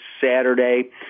Saturday